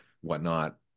whatnot